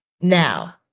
now